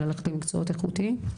של ללכת למקצועות איכותיים.